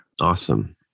Awesome